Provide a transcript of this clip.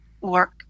work